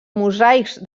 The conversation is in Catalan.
mosaics